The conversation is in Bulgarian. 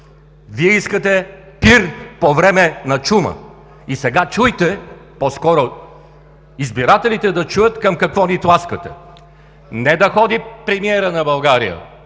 Вие искате пир по време на чума! И сега чуйте, по-скоро избирателите да чуят към какво ги тласкате: не да ходи премиерът на България